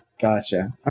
Gotcha